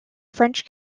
french